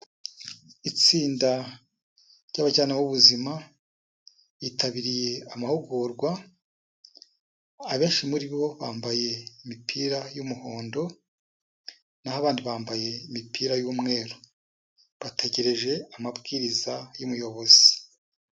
Itsinda ry'abajyanama b'ubuzima ryitabiriye amahugurwa, abenshi muri bo bambaye imipira y'umuhondo na ho abandi bambaye imipira y'umweru, bategereje amabwiriza y'umuyobozi.